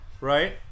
right